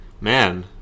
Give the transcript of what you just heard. Man